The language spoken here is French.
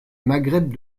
maghreb